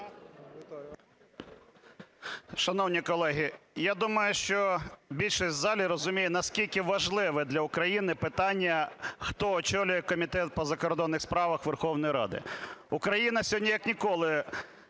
Шановні колеги, я думаю, що більшість в залі розуміє, наскільки важливе для України питання, хто очолює Комітет у закордонних справах Верховної Ради. Україна сьогодні як ніколи